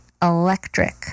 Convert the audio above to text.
Electric